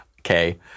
Okay